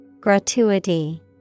Gratuity